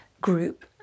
group